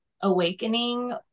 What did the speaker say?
awakening